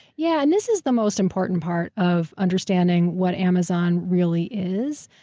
yeah. and this is the most important part of understanding what amazon really is.